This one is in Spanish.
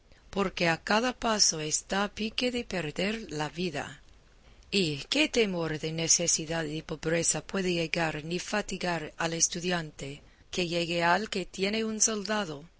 porque a cada paso está a pique de perder la vida y qué temor de necesidad y pobreza puede llegar ni fatigar al estudiante que llegue al que tiene un soldado